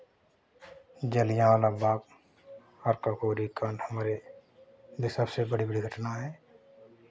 जलियाँवाला बाग और काकोरी कांड हमारे लिए सबसे बड़ी बड़ी घटना है